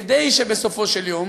כדי שבסופו של יום